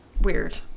Weird